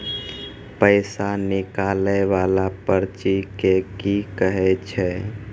पैसा निकाले वाला पर्ची के की कहै छै?